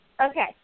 Okay